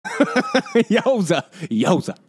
יאוזה, יאוזה.